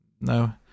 No